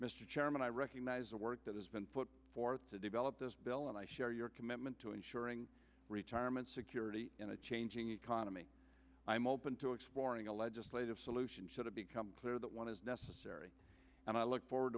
chairman i recognize the work that has been put forth to develop this bill and i share your commitment to ensuring retirement security in a changing economy i'm open to exploring a legislative solution should have become clear that one is necessary and i look forward